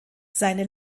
seine